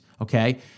okay